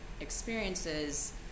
experiences